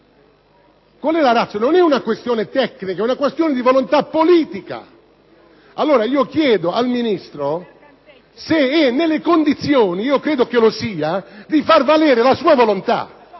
Qual è la *ratio*? Non è una questione tecnica: è una questione di volontà politica! Chiedo al Ministro se è nelle condizioni, credo che lo sia, di far valere la sua volontà.